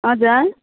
हजुर